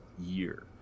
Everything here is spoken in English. year